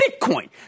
Bitcoin